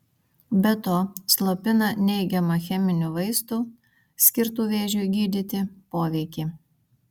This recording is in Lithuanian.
be to slopina neigiamą cheminių vaistų skirtų vėžiui gydyti poveikį